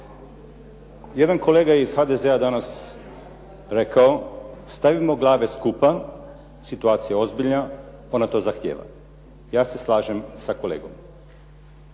Jedan kolega je danas iz HDZ-a rekao, stavimo glave skupa, situacija je ozbiljna, ona to zahtjeva, ja se slažem sa kolegom.